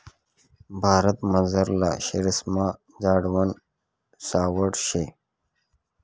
भारतमझारला शेरेस्मा झाडवान सावठं शे